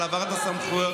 על העברת הסמכויות.